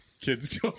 kids